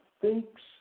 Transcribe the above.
thinks